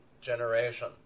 generation